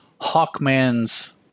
Hawkman's